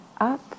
up